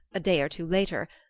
a day or two later,